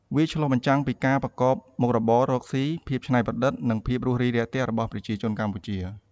វាឆ្លុះបញ្ចាំងពីការប្រកបមុខរបរកស៊ី ភាពច្នៃប្រឌិត និងភាពរួសរាយរាក់ទាក់របស់ប្រជាជនកម្ពុជា។